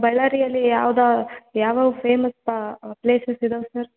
ಬಳ್ಳಾರಿಯಲ್ಲಿ ಯಾವ್ದು ಯಾವ ಅವೆ ಫೇಮಸ್ ಪ್ಲೇಸಸ್ ಇದಾವೆ ಸರ್